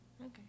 Okay